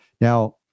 Now